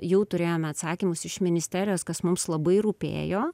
jau turėjome atsakymus iš ministerijos kas mums labai rūpėjo